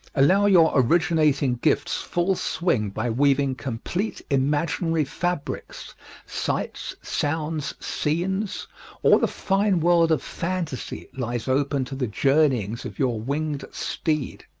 allow your originating gifts full swing by weaving complete imaginary fabrics sights, sounds, scenes all the fine world of fantasy lies open to the journeyings of your winged steed.